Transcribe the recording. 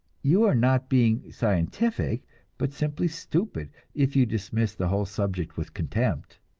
you are not being scientific but simply stupid if you dismiss the whole subject with contempt.